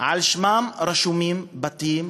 על שמם רשומים בתים,